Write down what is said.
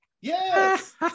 yes